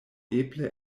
eble